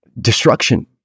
destruction